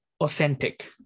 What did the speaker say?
authentic